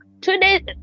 today